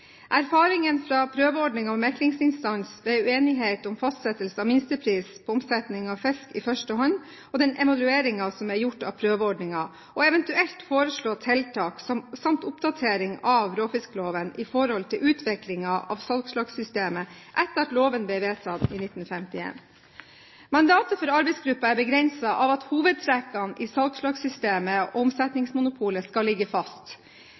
fra prøveordningen med meklingsinstans ved uenighet om fastsettelse av minstepris på omsetning av fisk i første hånd og den evalueringen som er gjort av prøveordningen, eventuelt foreslå tiltak, samt oppdatering av råfiskloven i forhold til utviklingen av salgslagssystemet etter at loven ble vedtatt i 1951. Mandatet for arbeidsgruppen er begrenset av at hovedtrekkene i salgslagssystemet og omsetningsmonopolet skal ligge fast,